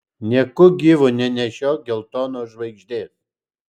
nieku gyvu nenešiok geltonos žvaigždės